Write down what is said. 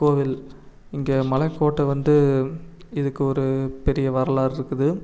கோவில் இங்கே மலைக்கோட்டை வந்து இதுக்கு ஒரு பெரிய வரலாறு இருக்குது